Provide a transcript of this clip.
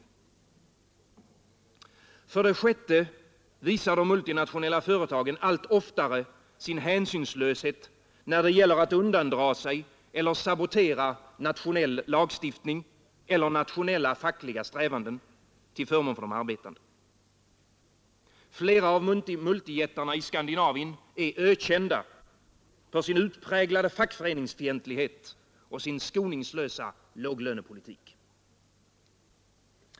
För det sjätte visar de allt oftare sin hänsynslöshet när det gäller att undandra sig eller sabotera nationell lagstiftning eller nationella fackliga strävanden till förmån för de arbetande. Flera av multijättarna i Skandinavien är ökända för sin utpräglade fackföreningsfientlighet och sin skoningslösa låglönepolitik.